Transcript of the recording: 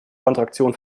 kontraktion